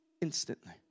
instantly